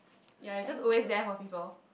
ya you're just always there for people